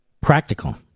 practical